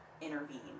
intervene